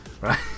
right